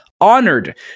honored